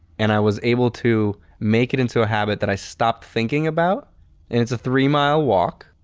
and i was able to make it into a habit that i stopped thinking about. and it is a three mile walk.